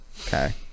Okay